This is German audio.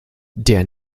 der